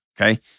Okay